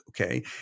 okay